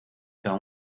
pas